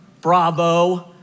bravo